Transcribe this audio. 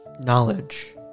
knowledge